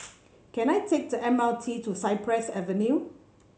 can I take the M R T to Cypress Avenue